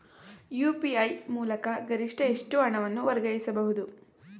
UPI ಮೂಲಕ ಗರಿಷ್ಠ ಎಷ್ಟು ಹಣವನ್ನು ವರ್ಗಾಯಿಸಬಹುದು?